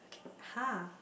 [huh]